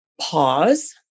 Pause